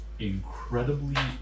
Incredibly